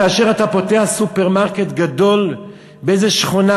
כאשר אתה פותח סופרמרקט גדול באיזו שכונה,